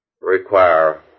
require